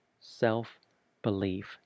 self-belief